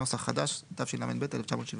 התשל"ב 1972.""